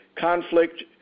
conflict